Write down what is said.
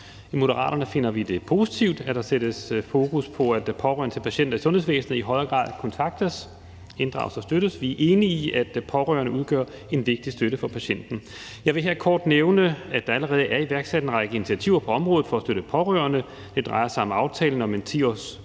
I Moderaterne finder vi det positivt, at der sættes fokus på, at pårørende til patienter i sundhedsvæsenet i højere grad kontaktes, inddrages og støttes. Vi er enige i, at pårørende udgør en vigtig støtte for patienten. Jeg vil her kort nævne, at der allerede er iværksat en række initiativer på området for at støtte pårørende. Det drejer sig om »Aftale om en 10-årsplan